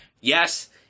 Yes